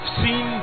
seen